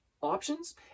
options